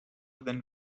then